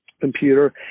computer